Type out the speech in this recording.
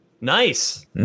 nice